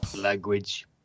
language